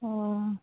ᱚ